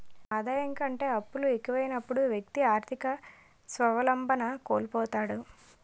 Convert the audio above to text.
ఆదాయం కంటే అప్పులు ఎక్కువైనప్పుడు వ్యక్తి ఆర్థిక స్వావలంబన కోల్పోతాడు